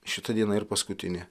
šita diena ir paskutinė